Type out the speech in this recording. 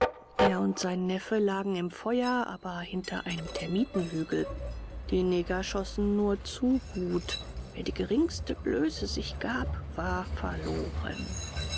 er und sein neffe lagen im feuer aber hinter einem termitenhügel die neger schossen nur zu gut wer die geringste blöße sich gab war verloren